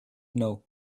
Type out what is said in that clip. know